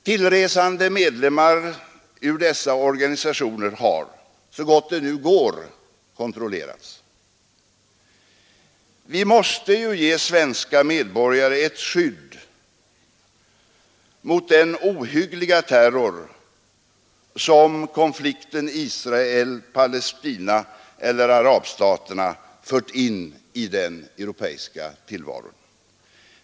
Tillresande medlemmar ur dessa organisationer har, så gott det nu går, kontrollerats. Vi måste ju ge svenska medborgare ett skydd mot den ohyggliga terror som konflikten Israel—Palestina eller arabstaterna fört in i den europeiska tillvaron.